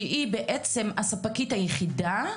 שהיא בעצם הספקית היחידה,